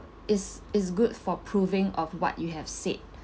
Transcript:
it's it's good for proving of what you have said